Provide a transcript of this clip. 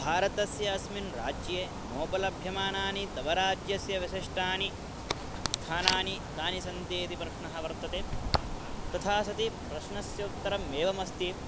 भारतस्य अस्मिन् राज्ये नोपलभ्यमानानि तव राज्यस्य विशिष्टानि स्थानानि कानि सन्ति इति प्रश्नः वर्तते तथा सति प्रश्नस्य उत्तरम् एवमस्ति